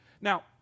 Now